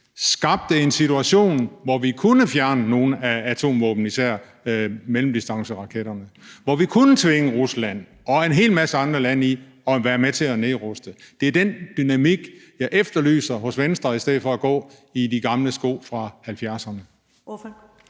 skabte en situation, så vi kunne fjerne nogle af atomvåbene, især mellemdistanceraketterne, og hvor vi kunne tvinge Rusland og en hel masse andre lande til at være med til at nedruste. Det er den dynamik, jeg efterlyser hos Venstre – i stedet for at de går i de gamle sko fra 1970'erne.